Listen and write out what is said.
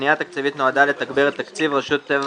הפנייה התקציבית נועדה לתגבר את תקציב רשות הטבע